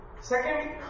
second